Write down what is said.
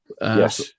Yes